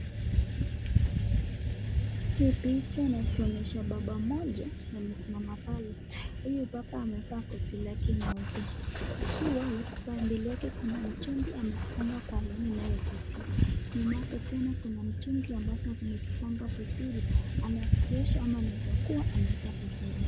Hii picha inatuonyesha baba mmoja amesimama pale. Huyu baba amevaa koti lake nyeupe, ikiwa mbele yake Kuna mtungi amezipanga kwa laini inayo kuvutia , nyuma yake tena kuna mitungi ambazo zimezipanga vizuri anaziosha ama anaeza kuwa anaziweka vizuri.